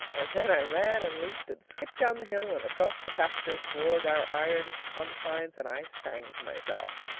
and then i ran and leaped and skipped down the hill and across the pastures toward our iron confines, and i sang to myself.